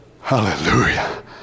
Hallelujah